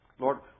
Lord